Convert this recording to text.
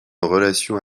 relation